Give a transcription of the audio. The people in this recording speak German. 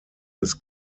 des